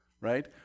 Right